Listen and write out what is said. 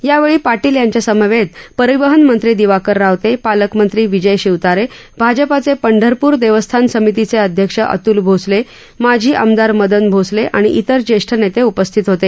यावेळी पाटील यांच्यासमवेत परिवहन मंत्री दिवाकर रावते पालकमंत्री विजय शिवतारे भाजपाचे पंढरपूर देवस्थान समितीचे अध्यक्ष अतूल भोसले माजी आमदार मदन भोसले आणि इतर ज्येष्ठ नेते उपस्थित होते